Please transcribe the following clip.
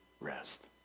rest